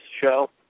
show